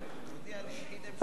ספר אחד.